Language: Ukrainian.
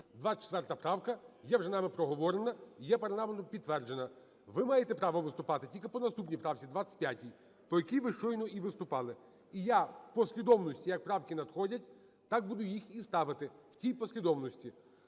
24 правка є вже нами проговорена і є парламентом підтверджена. Ви маєте право виступати тільки по наступній правці – 25-й, по якій ви щойно і виступали. І я в послідовності як правки надходять, так буду їх і ставити в цій послідовності.